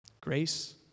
Grace